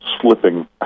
slipping